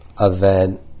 event